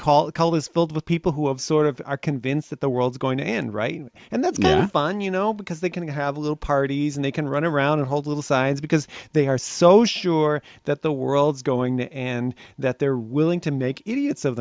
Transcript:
call a cult is filled with people who have sort of are convinced that the world's going to end right and that's fine you know because they can have a little parties and they can run around and hold little signs because they are so sure that the world's going and that they're willing to make idiots of